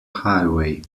highway